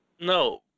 No